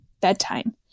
bedtime